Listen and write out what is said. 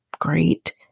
great